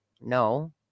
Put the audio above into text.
No